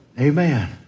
Amen